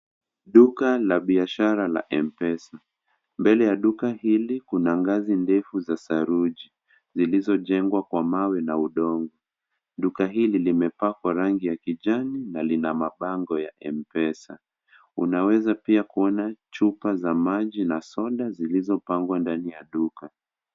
Duka la biashara la Mpesa mbele ya duka hili kuna ngazi refu za saruji, zilizojengwa kwa mawe na udongo, duka hili limepakwa rangi ya kijani na lina mabango ya Mpesa unaweza kuona chupa za maji na soda zilizopangwa ndani ya duka.